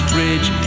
Bridge